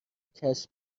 کشف